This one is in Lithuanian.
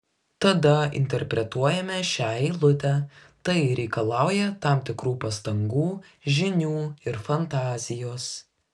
tada interpretuojame šią eilutę tai reikalauja tam tikrų pastangų žinių ir fantazijos